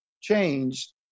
changed